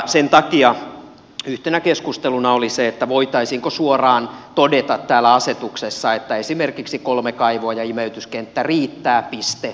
sen takia yhtenä keskustelunaiheena oli se voitaisiinko suoraan todeta täällä asetuksessa että esimerkiksi kolme kaivoa ja imeytyskenttä riittää piste